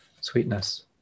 Sweetness